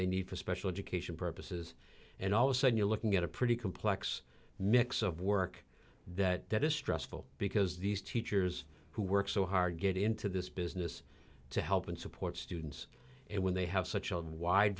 they need for special education purposes and also and you're looking at a pretty complex mix of work that is stressful because these teachers who work so hard get into this business to help and support students and when they have such a wide